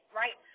right